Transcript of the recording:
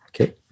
Okay